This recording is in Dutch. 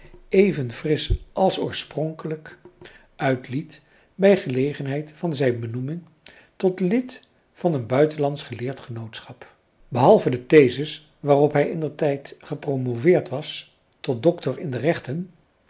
even frisch als oorspronkelijk uitliet bij gelegenheid van zijn benoeming tot lid van een buitenlandsch geleerd genootschap behalve de theses waarop hij indertijd gepromoveerd was tot doctor in de rechten